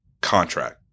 contract